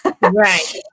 right